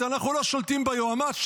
יועמ"שית, אנחנו לא שולטים ביועמ"שית,